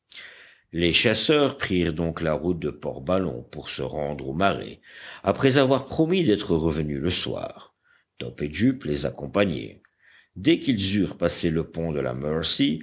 les chasseurs prirent donc la route de port ballon pour se rendre au marais après avoir promis d'être revenus le soir top et jup les accompagnaient dès qu'ils eurent passé le pont de la mercy